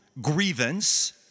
grievance